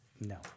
No